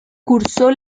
cursó